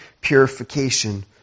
purification